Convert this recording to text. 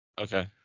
okay